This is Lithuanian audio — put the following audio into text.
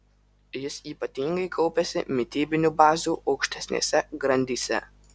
jis ypatingai kaupiasi mitybinių bazių aukštesnėse grandyse